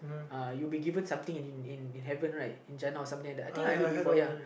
uh you be given something in in in heaven right angel or something like that I think I heard before ya